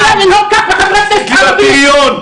את לא יכולה לנהוג כך בחברי כנסת ערבים.